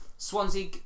Swansea